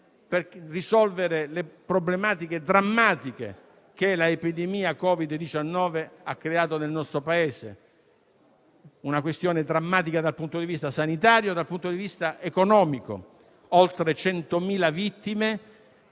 per risolvere le problematiche drammatiche che l'epidemia da Covid-19 ha creato nel nostro Paese. Si tratta infatti di una situazione drammatica dal punto di vista sanitario e dal punto di vista economico, con oltre 100.000 vittime